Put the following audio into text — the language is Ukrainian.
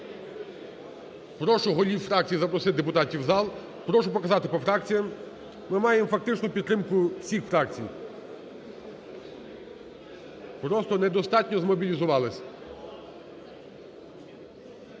Прошу голів фракцій запросити депутатів в зал. Прошу показати по фракціям. Ми маємо фактично підтримку всіх фракцій. Просто недостатньо змобілізувались.